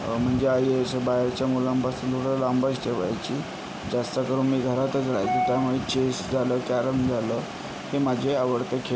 म्हणजे आई असं बाहेरच्या मुलांपासून थोडं लांबच ठेवायची जास्त करून मी घरातच रहायचो त्यामुळे चेस झालं कॅरम झालं हे माझे आवडते खेळ आहेत